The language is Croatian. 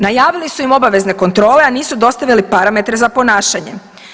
Najavili su im obavezne kontrole, a nisu dostavili parametre za ponašanje.